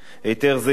היתר זה יסדיר,